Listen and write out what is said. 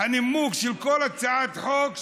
הנימוק של כל הצעת חוק,